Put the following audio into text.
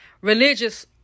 religious